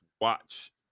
watch